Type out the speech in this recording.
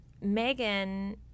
Megan